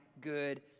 good